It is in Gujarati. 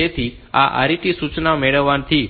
તેથી આ RET સૂચના મેળવવાથી